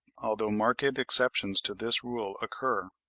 although marked exceptions to this rule occur.